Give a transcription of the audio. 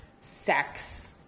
sex